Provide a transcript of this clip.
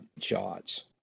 shots